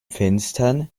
fenstern